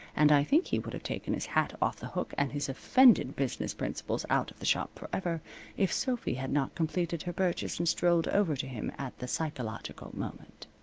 and i think he would have taken his hat off the hook, and his offended business principles out of the shop forever if sophy had not completed her purchase and strolled over to him at the psychological moment.